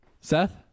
Seth